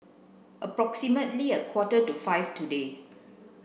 approximately a quarter to five today